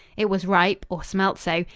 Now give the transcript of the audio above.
it was ripe, or smelt so.